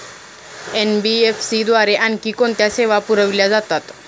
NBFC द्वारे आणखी कोणत्या सेवा पुरविल्या जातात?